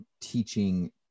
teaching